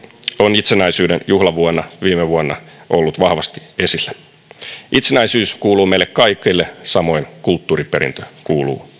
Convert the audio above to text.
on itsenäisyyden juhlavuonna viime vuonna ollut vahvasti esillä itsenäisyys kuuluu meille kaikille samoin kulttuuriperintö kuuluu